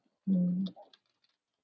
mm